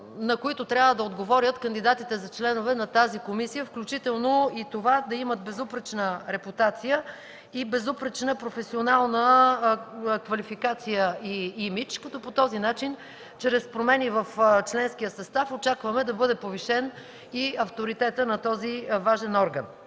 на които трябва да отговарят кандидатите за членове на тази комисия, включително да имат безупречна репутация и безупречна професионална квалификация и имидж, като по този начин – чрез промени в членския състав, очакваме да бъде повишен и авторитетът на този важен орган.